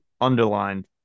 underlined